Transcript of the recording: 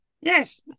Yes